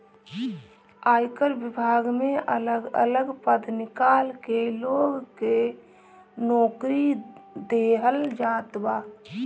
आयकर विभाग में अलग अलग पद निकाल के लोग के नोकरी देहल जात बा